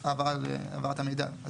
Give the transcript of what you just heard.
העברת המידע?